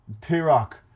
T-Rock